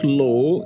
law